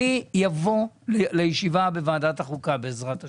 אני אבוא לישיבה בוועדת החוקה, בעזרת השם.